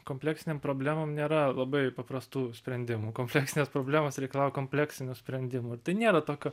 kompleksinėm problemom nėra labai paprastų sprendimų kompleksinės problemos reikalauja kompleksinių sprendimų ir tai nėra tokio